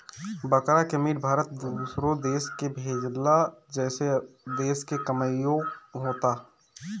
बकरा के मीट भारत दूसरो देश के भेजेला जेसे देश के कमाईओ होता